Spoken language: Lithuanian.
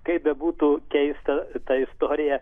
kaip bebūtų keista ta istorija